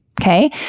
Okay